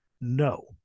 No